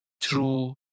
True